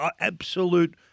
absolute